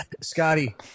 Scotty